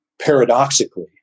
paradoxically